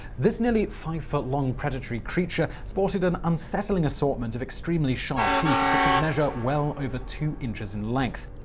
this nearly five foot long predatory creature sported an unsettling assortment of extremely sharp teeth that could measure well over two inches in length.